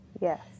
Yes